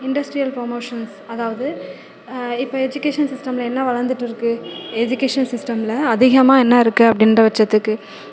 industrial promotions அதாவது இப்போ education சிஸ்டம்ல என்ன வளர்ந்துட்டுருக்கு எஜிகேஷன் சிஸ்டம்ல அதிகமாக என்ன இருக்குது அப்படின்ற பட்சத்துக்கு